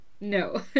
no